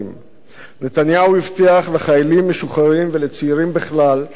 נתניהו הבטיח לחיילים משוחררים ולצעירים בכלל להשיג